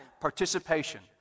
participation